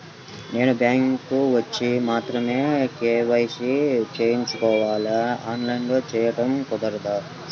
నేను బ్యాంక్ వచ్చి మాత్రమే కే.వై.సి చేయించుకోవాలా? ఆన్లైన్లో చేయటం కుదరదా?